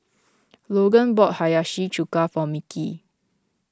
Logan bought Hiyashi Chuka for Mickie